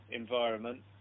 environment